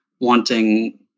wanting